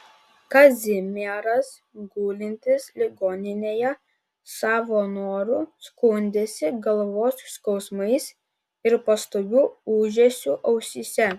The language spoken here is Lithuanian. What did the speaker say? kazimieras gulintis ligoninėje savo noru skundėsi galvos skausmais ir pastoviu ūžesiu ausyse